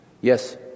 Yes